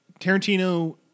Tarantino